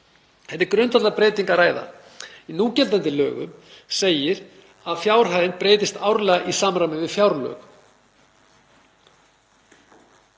Um grundvallarbreytingu er að ræða. Í núgildandi lögum segir að fjárhæðin breytist árlega í samræmi við fjárlög.